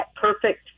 perfect